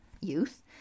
youth